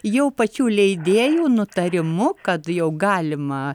jau pačių leidėjų nutarimu kad jau galima